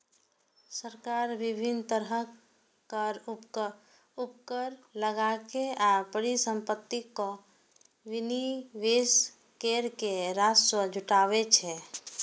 सरकार विभिन्न तरहक कर, उपकर लगाके आ परिसंपत्तिक विनिवेश कैर के राजस्व जुटाबै छै